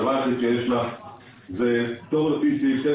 הדבר היחיד שיש לה זה פטור לפי סעיף 9